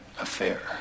affair